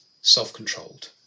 self-controlled